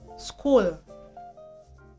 school